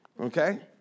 Okay